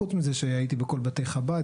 חוץ מזה שהייתי בכל בתי חב"ד,